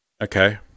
Okay